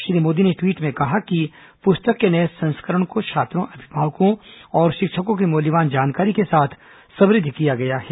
श्री मोदी ने ट्वीट में कहा कि पुस्तक के नए संस्करण को छात्रों अभिभावकों और शिक्षकों की मूल्यवान जानकारी के साथ समृद्ध किया गया है